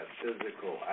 physical